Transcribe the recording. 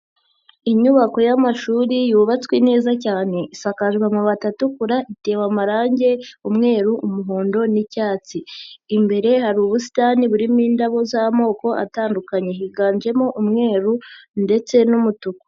Inyubako y'amashuri yubatswe neza cyane, isakajwe amabati atukura itewe amarange umweru, umuhondo n'icyatsi, imbere hari ubusitani burimo indabo z'amoko atandukanye, higanjemo umweru ndetse n'umutuku.